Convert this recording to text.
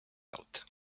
out